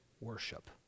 worship